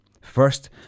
First